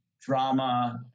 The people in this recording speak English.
drama